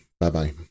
Bye-bye